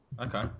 Okay